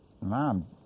Mom